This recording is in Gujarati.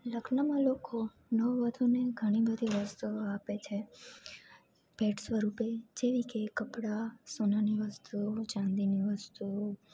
લગ્નમાં લોકો નવ વધુને ઘણી બધી વસ્તુઓ આપે છે ભેટ સ્વરૂપે જેવી કે કપડા સોનાની વસ્તુઓ ચાંદીની વસ્તુઓ